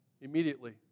immediately